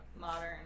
modern